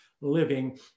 living